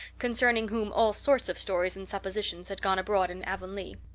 concerning whom all sorts of stories and suppositions had gone abroad in avonlea.